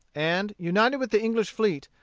and, united with the english fleet,